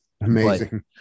amazing